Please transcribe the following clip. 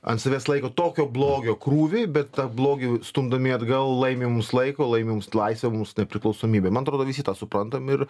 ant savęs laiko tokio blogio krūvį bet tą blogį stumdami atgal laimi mums laiko laimi mums laisvę mums nepriklausomybę man atrodo visi tą suprantam ir